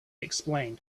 explain